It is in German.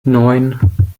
neun